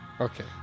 okay